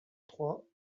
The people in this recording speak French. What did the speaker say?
trois